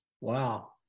Wow